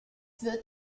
wird